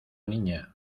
niña